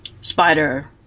spider